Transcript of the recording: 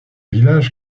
village